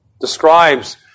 describes